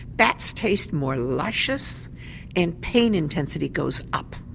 fats taste more luscious and pain intensity goes up.